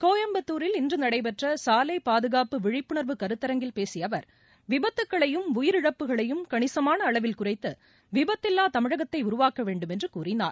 கோயம்புத்தூரில் இன்று நடைபெற்ற சாலை பாதுகாப்பு விழிப்புணர்வு கருத்தரங்கில் பேசிய அவர் விபத்துக்களையும் உயிரிழப்புகளையும் கணிசமான அளவில் குறைத்து விபத்தில்வா தமிழகத்தை உருவாக்க வேண்டும் என்று கூறினார்